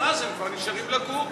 ואז הם כבר נשארים לגור.